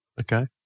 Okay